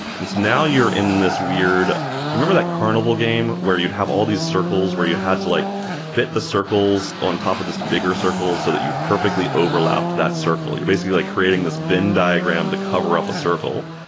and now you're in this weird do you remember that carnival game where you'd have all these circles were you had to like fi t the circles on top of this bigger circle so that you've perfectly overlapped that circle? you're basically like creating this venn diagram to cover up a circle.